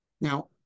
Now